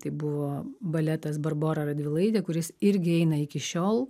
tai buvo baletas barbora radvilaitė kuris irgi eina iki šiol